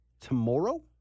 tomorrow